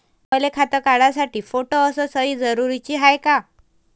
मले खातं काढासाठी फोटो अस सयी जरुरीची हाय का?